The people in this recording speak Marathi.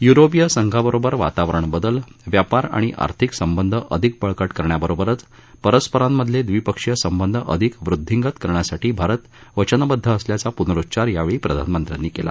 य्रोपीय संघाबरोबर वातावरण बदल व्यापार आणि आर्थिक संबंध अधिक बळकट करण्याबरोबरच परस्परांमधले दविपक्षीय संबंध अधिक वृद्धिंगत करण्यासाठी भारत वचनबद्ध असल्याचा पूनरुच्चार यावेळी प्रधानमंत्र्यांनी केला